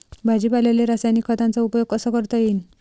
भाजीपाल्याले रासायनिक खतांचा उपयोग कसा करता येईन?